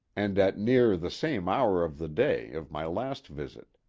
and at near the same hour of the day, of my last visit.